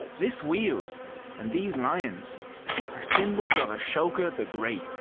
this wheel and these lions are symbols of ashoka the great,